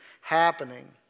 happening